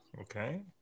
okay